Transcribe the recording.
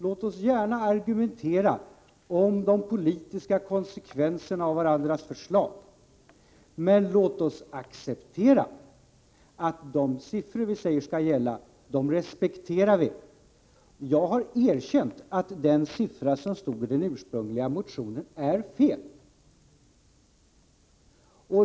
Låt oss gärna argumentera när det gäller de politiska konsekvenserna av våra förslag! Men låt oss acceptera att de siffror vi anger också respekteras! Jag har erkänt att den siffra som stod i den ursprungliga motionen är fel.